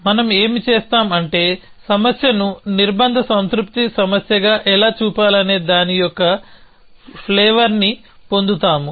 మనం ఏమి చేస్తాం అంటే సమస్యను నిర్బంధ సంతృప్తి సమస్యగా ఎలా చూపాలనే దాని యొక్క ఫ్లేవర్ని పొందుతాము